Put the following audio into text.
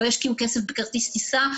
לא ישקיעו כסף בכרטיס טיסה,